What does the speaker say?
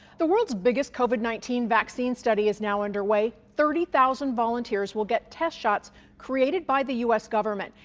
the world's biggest covid nineteen vaccine study is now underway thirty thousand volunteers will get test shots created by the us government.